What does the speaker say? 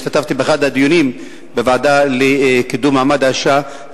השתתפתי באחד הדיונים בוועדה לקידום מעמד האשה,